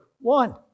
one